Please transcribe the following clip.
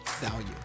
value